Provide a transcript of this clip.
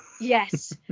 yes